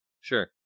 Sure